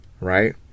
Right